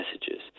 messages